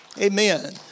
Amen